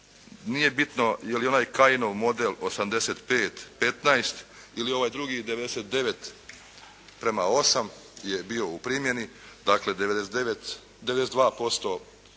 nije bitno je li onaj Kajinov model 85. 15. ili ovaj drugi 99. prema 8. je bio u primjeni, dakle, 99.,